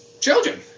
children